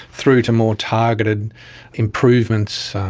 through to more targeted improvements,